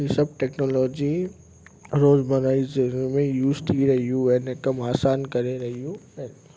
हीअ सभु टेक्नोलॉजी रोज़मरह जी ज़िन्दगीअ में यूज़ थी रहियूं आहिनि कमु आसान करे रहियूं आहिनि